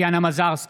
טטיאנה מזרסקי